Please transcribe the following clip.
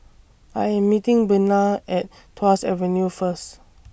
I Am meeting Bena At Tuas Avenue First